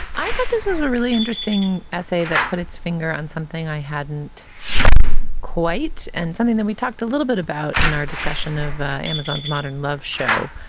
i thought this was a really interesting essay that put its finger on something i hadn't quite. and something that we talked a little bit about in our discussion of amazon's modern love show,